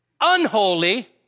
unholy